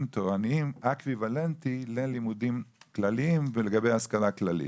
תורניים אקוויוולנטי ללימודים כלליים ולגבי השכלה כללית.